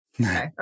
Okay